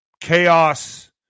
chaos